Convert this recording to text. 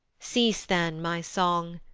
cease then, my song,